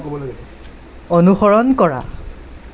অনুসৰণ কৰা